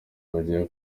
bagiye